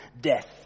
death